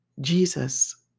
Jesus